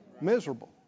Miserable